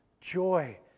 joy